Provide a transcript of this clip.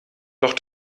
doch